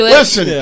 listen